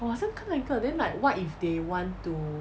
我好像看到一个 then like what if they want to